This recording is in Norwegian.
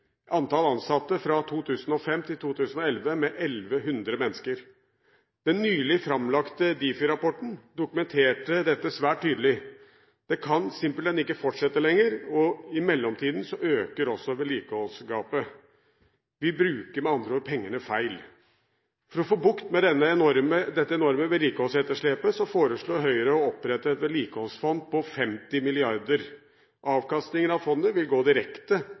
antall ansatte fra 2005 til 2011 med 1 100 mennesker. Den nylig framlagte Difi-rapporten dokumenterte dette svært tydelig. Det kan simpelthen ikke fortsette lenger, og i mellomtiden øker også vedlikeholdsgapet. Vi bruker med andre ord pengene feil. For å få bukt med dette enorme vedlikeholdsetterslepet foreslår Høyre å opprette et vedlikeholdsfond på 50 mrd. kr. Avkastningen av fondet vil gå direkte